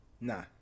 nah